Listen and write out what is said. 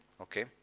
Okay